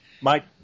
Mike